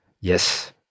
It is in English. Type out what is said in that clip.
Yes